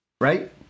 right